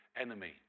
enemy